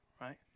Right